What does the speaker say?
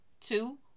Two